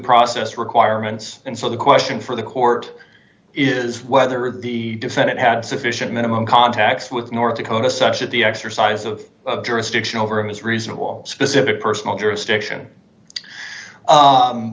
process requirements and so the question for the court is whether the defendant had sufficient minimum contacts with north dakota such as the exercise of jurisdiction over him is reasonable specific personal jurisdiction u